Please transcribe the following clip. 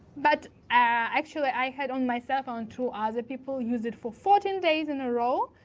but actually, i had on my cell phone two other people use it for fourteen days in a row.